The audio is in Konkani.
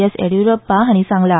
एस येडियुरप्पा हाणी सांगला